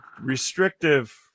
restrictive